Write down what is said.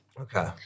Okay